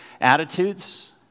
attitudes